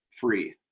free